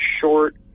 short